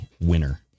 winner